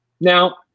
Now